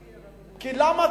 למה?